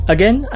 Again